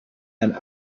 and